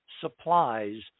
supplies